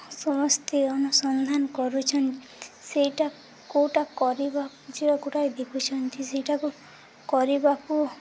ସମସ୍ତେ ଅନୁସନ୍ଧାନ କରୁଛନ୍ତି ସେଇଟା କେଉଁଟା କରିବାଟା କେଉଁଟା ଦେଖୁଛନ୍ତି ସେଇଟାକୁ କରିବାକୁ